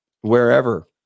wherever